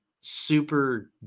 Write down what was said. super